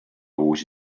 uusi